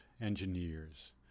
engineers